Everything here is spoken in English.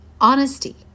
honesty